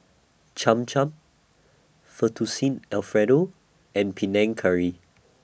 Cham Cham Fettuccine Alfredo and Panang Curry